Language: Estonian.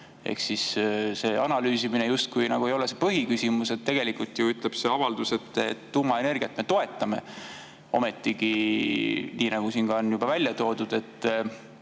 Ehk siis see analüüsimine justkui ei ole põhiküsimus. Tegelikult ju ütleb see avaldus, et tuumaenergiat me toetame. Ometigi, nii nagu siin on välja toodud,